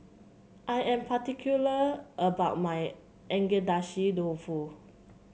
I am particular about my Agedashi Dofu